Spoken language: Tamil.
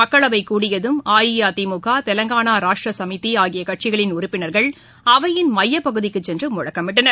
மக்களவை கூடியதும் அஇஅதிமுக தெலுங்கானா ராஷ்ட்ர சமிதி ஆகிய கட்சிகளின் உறுப்பினா்கள் அவையின் மையப் பகுதிக்கு சென்று முழக்கமிட்டனர்